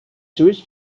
jewish